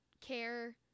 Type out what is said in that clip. care